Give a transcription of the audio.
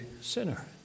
sinner